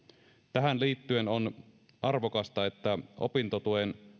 tähän liittyen on arvokasta että opintotuen